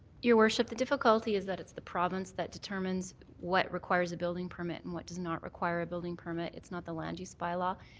your worship, the difficulty is that it's the province that determines what requires a building permit and what does not require a building permit. it's not the land use bylaw.